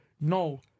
no